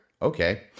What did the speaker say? Okay